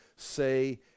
say